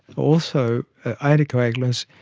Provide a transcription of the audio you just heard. also anticoagulants,